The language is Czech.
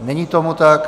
Není tomu tak.